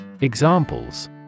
Examples